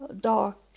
dark